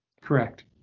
Correct